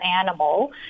animal